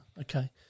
Okay